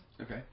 Okay